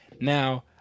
Now